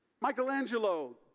Michelangelo